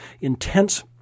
intense